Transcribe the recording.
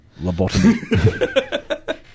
lobotomy